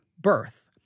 birth